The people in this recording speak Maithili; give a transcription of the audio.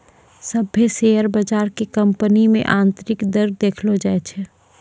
सभ्भे शेयर बजार के कंपनी मे आन्तरिक दर देखैलो जाय छै